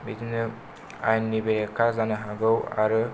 बिदिनो आइननि बेरेखा जानो हागौ आरो